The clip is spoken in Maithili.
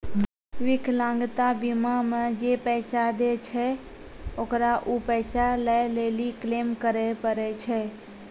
विकलांगता बीमा मे जे पैसा दै छै ओकरा उ पैसा लै लेली क्लेम करै पड़ै छै